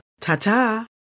Ta-ta